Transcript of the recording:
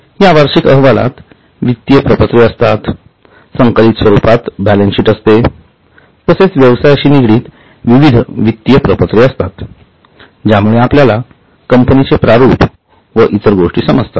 या वार्षिक अहवालात वित्तीय प्रपत्रे असतात संकलित स्वरूपात बॅलन्सशीट असते तसेच व्यवसायाशी निगडित विविध वित्तीय प्रपत्रे असतात ज्यामुळे आपल्याला कंपनीचे प्रारूप व इतर गोष्टी समजतात